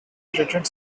threatened